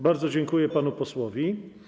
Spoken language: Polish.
Bardzo dziękuję panu posłowi.